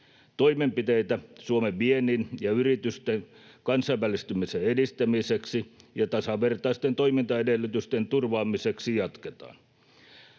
Toimenpiteitä Suomen viennin ja yritysten kansainvälistymisen edistämiseksi ja tasavertaisten toimintaedellytysten turvaamiseksi jatketaan.